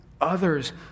others